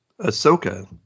Ahsoka